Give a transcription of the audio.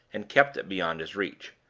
and kept it beyond his reach.